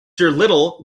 little